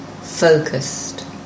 focused